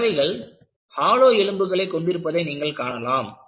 பறவைகள் ஹாலோ எலும்புகளை கொண்டிருப்பதை நீங்கள் காணலாம்